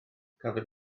cafodd